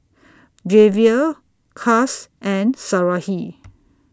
Javier Cas and Sarahi